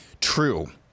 true